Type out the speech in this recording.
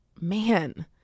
Man